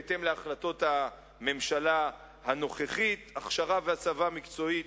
בהתאם להחלטות הממשלה הנוכחית: הכשרה והסבה מקצועית,